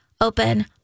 open-